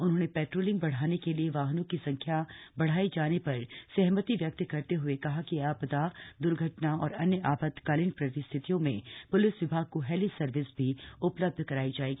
उन्होंने पह्रॉलिंग बढ़ाने के लिए वाहनों की संख्या बढ़ाए जाने पर सहमति व्यक्त करते हए कहा कि आपदा द्र्घटना और अन्य आपातकालीन परिस्थितियों में प्लिस विभाग को हब्बी सर्विस भी उपलब्ध करायी जाएगी